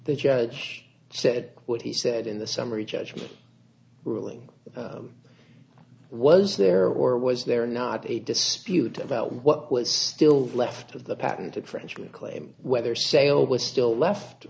the judge said what he said in the summary judgment ruling was there or was there not a dispute about what was still left of the patent infringement claim whether sale was still left